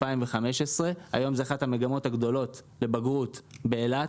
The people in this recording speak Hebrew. היום זאת אחת המגמות הגדולות לבגרות באילת.